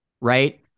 right